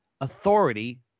authority